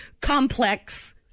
complex